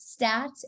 stats